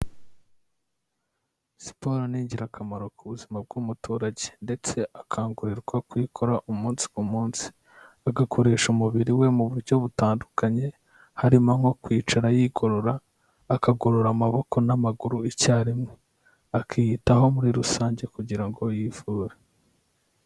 Siporo ni ingirakamaro ku buzima bw'umuturage, ndetse akangurirwa kuyikora umunsi ku munsi, agakoresha umubiri we mu buryo butandukanye, harimo nko kwicara yigorora, akagorora amaboko n'amaguru icyarimwe, akiyitaho muri rusange kugira ngo yizure.